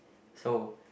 so